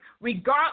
regardless